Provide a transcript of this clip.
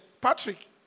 Patrick